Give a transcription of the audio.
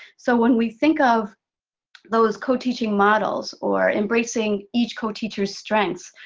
so when we think of those co-teaching models, or embracing each co-teacher's strengths,